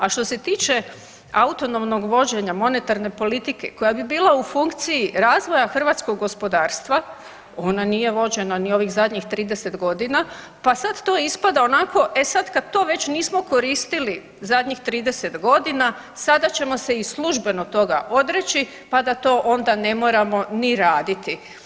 A što se tiče autonomnog vođenja monetarne politike koja bi bila u funkciji razvoja hrvatskog gospodarstva ona nije vođena ni ovih zadnjih 30 godina, pa sad to ispada onako, e sad kad to već nismo koristili zadnjih 30 godina sada ćemo se i službeno toga odreći, pa da to onda ne moramo ni raditi.